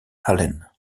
allen